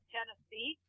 Tennessee